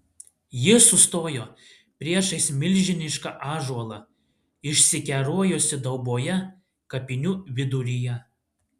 ji sustojo priešais milžinišką ąžuolą išsikerojusį dauboje kapinių viduryje